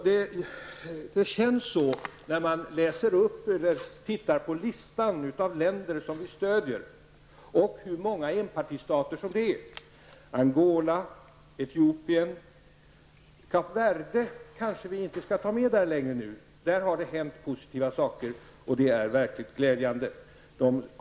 Det känns så när man tittar på listan på enpartistater som vi stöder: Kap Verde kanske vi inte längre skall ta med. Där har det hänt positiva saker, och det är verkligen glädjande.